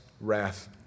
wrath